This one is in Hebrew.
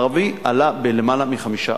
המגזר הערבי עלה בלמעלה מ-5%.